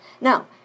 Now